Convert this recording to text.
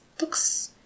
looks